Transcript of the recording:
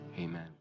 amen